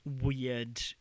weird